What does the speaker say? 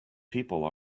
people